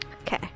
Okay